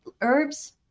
herbs